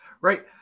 Right